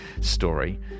story